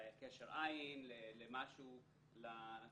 לקשר עין, לצורות